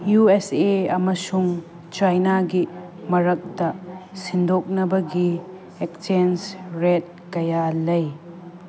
U S A ꯑꯃꯁꯨꯡ ꯆꯥꯏꯅꯥꯒꯤ ꯃꯔꯛꯇ ꯁꯤꯟꯗꯣꯛꯅꯕꯒꯤ ꯑꯦꯛꯆꯦꯟꯁ ꯔꯦꯠ ꯀꯌꯥ ꯂꯩ